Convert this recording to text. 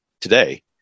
today